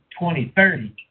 2030